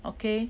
okay